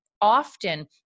often